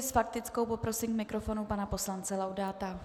S faktickou poprosím k mikrofonu pana poslance Laudáta.